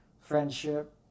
friendship